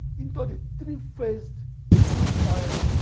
into the three-phased crude oil,